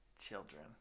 children